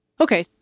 Okay